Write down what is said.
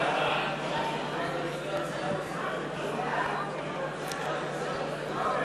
ההצעה להסיר מסדר-היום את הצעת חוק